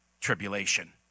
Tribulation